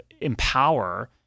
empower